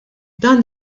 dan